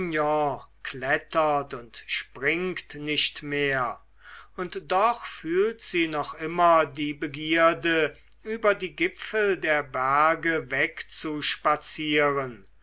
klettert und springt nicht mehr und doch fühlt sie noch immer die begierde über die gipfel der berge wegzuspazieren